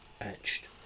etched